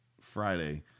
Friday